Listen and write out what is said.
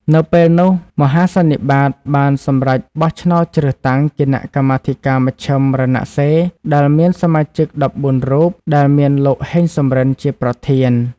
នៅពេលនោះមហាសន្និបាត បានសម្រេចបោះឆ្នោតជ្រើសតាំង គណៈកម្មាធិការមជ្ឈិមរណសិរ្យ ដែលមានសមាជិក ១៤រូប ដែលមានលោក ហេង សំរិន ជាប្រធាន ។